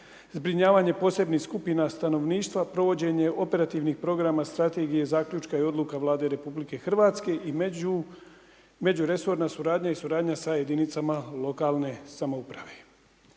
zbrinjavanje posebnih skupina stanovništva, provođenje operativnih programa strategije zaključka i odluka Vlade RH i međuresorna suradnja i suradnja sa jedinicama lokalne samouprave.